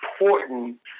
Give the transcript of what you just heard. important